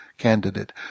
candidate